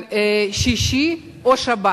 שישי או שבת.